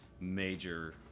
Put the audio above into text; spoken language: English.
major